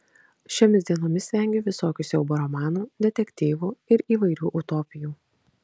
šiomis dienomis vengiu visokių siaubo romanų detektyvų ir įvairių utopijų